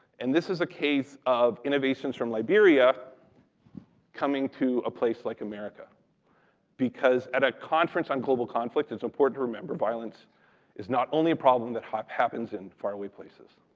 and this is a case of innovations from liberia coming to a place like america because at a conference on global conflict, it's important to remember violence is not only a problem that happens in far away places.